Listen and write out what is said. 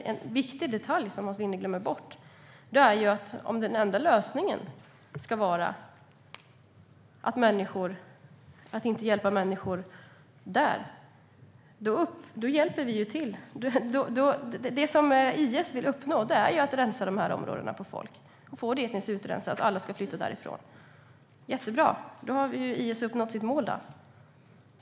Men en viktig detalj som Hans Linde glömmer bort är att om den enda lösningen ska vara att inte hjälpa människor där, då hjälper vi ju IS att uppnå det de vill, nämligen att rensa de här områdena på folk och få det etniskt utrensat. Alla ska flytta därifrån. Jättebra - då har ju IS uppnått sitt mål, då.